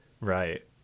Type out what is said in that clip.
Right